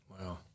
Wow